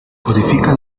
codifica